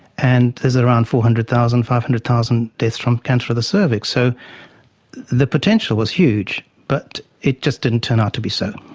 and there's around four hundred thousand, five hundred thousand deaths from cancer of the cervix. so the potential is huge, but it just didn't turn out to be so.